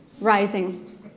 rising